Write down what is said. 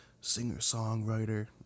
singer-songwriter